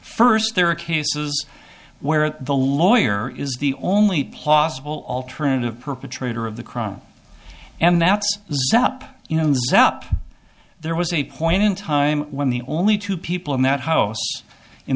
first there are cases where the lawyer is the only plausible alternative perpetrator of the crime and that's up you know there was a point in time when the only two people in that house in